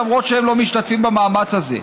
למרות שהם לא משתתפים במאמץ הזה.